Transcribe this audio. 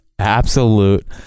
absolute